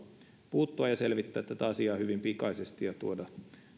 puuttua ja selvittää tätä asiaa hyvin pikaisesti ja tuoda